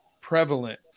prevalent